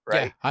Right